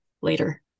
later